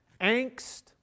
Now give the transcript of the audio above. angst